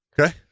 Okay